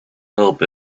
help